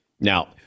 Now